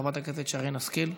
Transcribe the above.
חברת הכנסת שרן השכל,